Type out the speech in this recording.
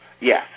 Yes